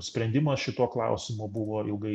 sprendimas šituo klausimu buvo ilgai